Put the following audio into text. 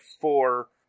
four